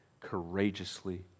courageously